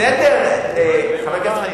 בסדר, חבר הכנסת חנין.